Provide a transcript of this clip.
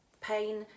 Pain